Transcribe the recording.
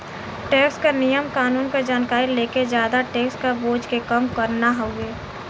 tax क नियम कानून क जानकारी लेके जादा टैक्स क बोझ के कम करना हउवे